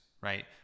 right